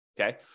Okay